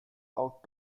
out